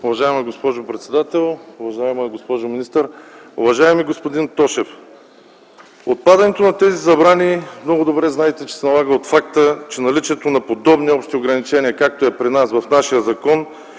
Уважаема госпожо председател, уважаема госпожо министър, уважаеми господин Тошев! Отпадането на тези забрани, много добре знаете, се налага от факта, че наличието на подобни общи ограничения, както е при нас, в нашия закон,